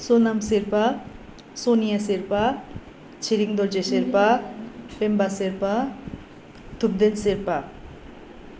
Sonam Sherpa Sonia Sherpa Chhiring Dorje Sherpa Pemba Sherpa Thupten Sherpa